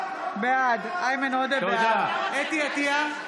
בעד חוה אתי עטייה,